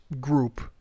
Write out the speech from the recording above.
group